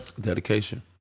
dedication